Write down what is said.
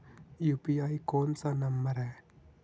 UPI कोन सा number हैं?